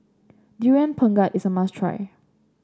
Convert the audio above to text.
Durian Pengat is a must try